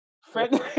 Friend